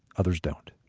others don't.